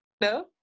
No